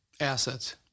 assets